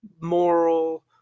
moral